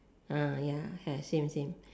ah ya have same same